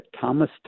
Thomas